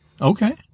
Okay